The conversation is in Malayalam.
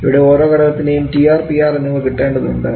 ഇവിടെ ഓരോ ഘടകത്തിൻറെയും TR PR എന്നിവ കിട്ടേണ്ടതുണ്ട്